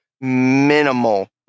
minimal